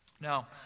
Now